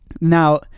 Now